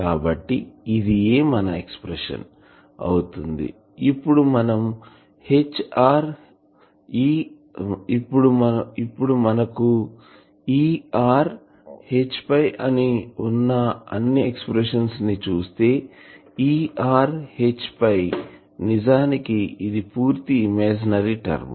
కాబట్టి ఇదే మన ఎక్సప్రెషన్ అవుతుందిఇప్పుడు మనకు Er H వున్న అన్ని ఎక్సప్రెషన్స్ చూస్తే Er H నిజానికి ఇది పూర్తిగా ఇమాజినరీ టర్మ్